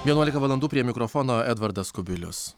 vienuolika valandų prie mikrofono edvardas kubilius